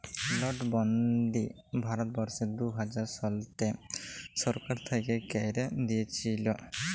লটবল্দি ভারতবর্ষে দু হাজার শলতে সরকার থ্যাইকে ক্যাইরে দিঁইয়েছিল